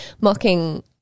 mocking